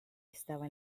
estaba